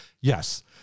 yes